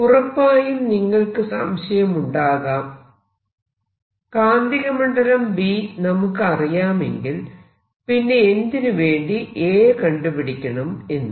ഉറപ്പായും നിങ്ങൾക്ക് സംശയമുണ്ടാകാം കാന്തികമണ്ഡലം B നമുക്ക് അറിയാമെങ്കിൽ പിന്നെ എന്തിനുവേണ്ടി A കണ്ടുപിടിക്കണം എന്ന്